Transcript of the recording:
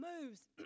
moves